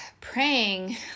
praying